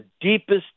deepest